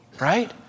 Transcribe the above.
right